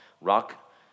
Rock